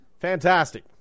Fantastic